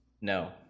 No